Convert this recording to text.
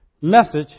message